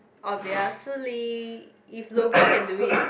obviously if Logan can do it